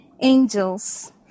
Angels